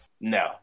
No